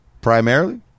primarily